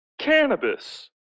Cannabis